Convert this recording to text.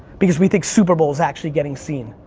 because we think super bowl is actually getting seen.